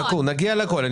חכו, נגיע לכול.